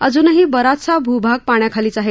अजूनही बराचसा भूभाग पाण्याखालीच आहे